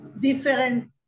different